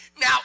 now